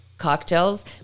cocktails